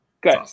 Good